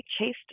chased